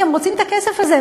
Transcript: כי הם רוצים את הכסף הזה,